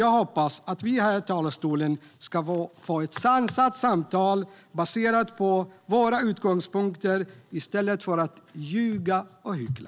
Jag hoppas att vi från talarstolen ska föra ett sansat samtal baserat på våra utgångspunkter i stället för att ljuga och hyckla.